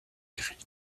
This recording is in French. grille